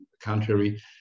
contrary